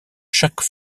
chaque